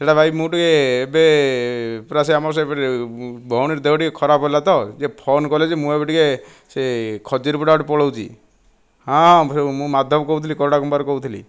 ସେଇଟା ଭାଇ ମୁଁ ଟିକିଏ ଏବେ ପୂରା ସେ ଆମର ସେ ଭଉଣୀର ଦେହ ଟିକିଏ ଖରାପ ହେଲା ତ ଯେ ଫୋନ୍ କଲେ ଯେ ମୁଁ ଏବେ ଟିକିଏ ସେ ଖଜୁରିପଡ଼ା ଆଡ଼େ ପଳାଉଛି ହଁ ହଁ ମୁଁ ମାଧବ କହୁଥିଲି କରଡ଼ାଗୁମ୍ବାରୁ କହୁଥିଲି